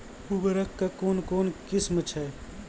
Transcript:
उर्वरक कऽ कून कून किस्म छै?